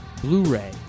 Blu-ray